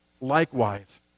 likewise